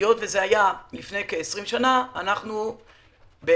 היות שזה היה לפני כ-20 שנה אנחנו מצאנו